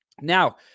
Now